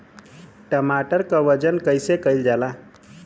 टमाटर क वजन कईसे कईल जाला?